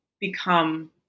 become